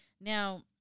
Now